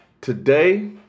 Today